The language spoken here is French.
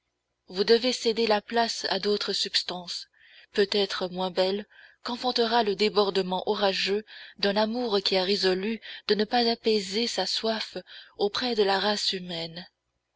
vous devez céder la place à d'autres substances peut-être moins belles qu'enfantera le débordement orageux d'un amour qui a résolu de ne pas apaiser sa soif auprès de la race humaine